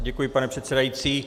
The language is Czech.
Děkuji, pane předsedající.